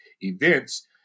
events